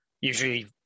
usually